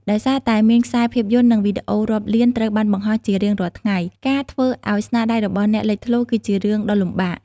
ដោយសារតែមានខ្សែភាពយន្តនិងវីដេអូរាប់លានត្រូវបានបង្ហោះជារៀងរាល់ថ្ងៃ ការធ្វើឱ្យស្នាដៃរបស់អ្នកលេចធ្លោរគឺជារឿងដ៏លំបាក។